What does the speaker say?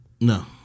No